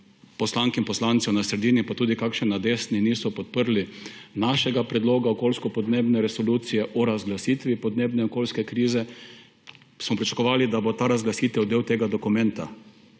poslank in poslancev na sredini, pa tudi kakšen na desni, ni podprlo našega predloga okoljsko-podnebne resolucije, o razglasitvi podnebne okoljske krize –, da bo ta razglasitev del tega dokumenta.